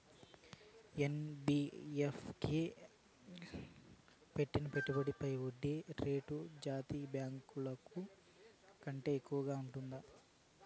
NBFC లో పెట్టిన పెట్టుబడి పై వడ్డీ రేటు జాతీయ బ్యాంకు ల కంటే ఎక్కువగా ఉంటుందా?